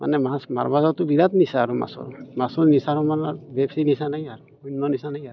মানে মাছ মাৰিব যোৱাটো বিৰাট নিচা আৰু মাছৰ মাছৰ নিচাৰ সমান বেছি নিচা নাই আৰু অন্য নিচা নাই আৰু